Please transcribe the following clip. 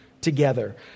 together